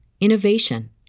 innovation